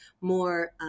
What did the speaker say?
more